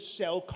sell